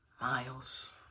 Miles